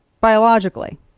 biologically